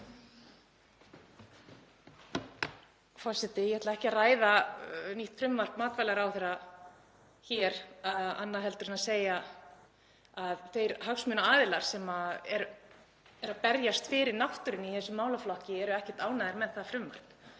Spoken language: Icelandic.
Forseti. Ég ætla ekki að ræða nýtt frumvarp matvælaráðherra hér annað en að segja að þeir hagsmunaaðilar sem eru að berjast fyrir náttúrunni í þessum málaflokki eru ekkert ánægðir með það frumvarp,